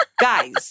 guys